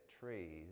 trees